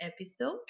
Episode